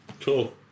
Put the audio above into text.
Cool